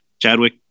Chadwick –